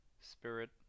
Spirit